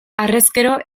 harrezkero